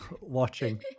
watching